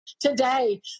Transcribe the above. today